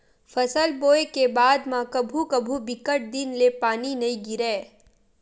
फसल बोये के बाद म कभू कभू बिकट दिन ले पानी नइ गिरय